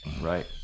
right